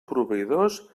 proveïdors